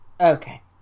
okay